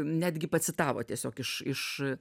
netgi pacitavo tiesiog iš iš e